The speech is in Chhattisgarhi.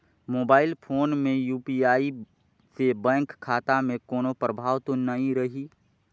मोबाइल फोन मे यू.पी.आई से बैंक खाता मे कोनो प्रभाव तो नइ रही?